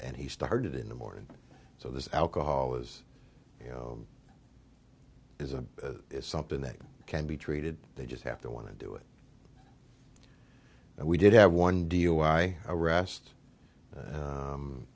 and he started in the morning so there's alcohol as you know is a is something that can be treated they just have to want to do it and we did have one dui arrest